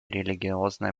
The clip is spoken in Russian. религиозной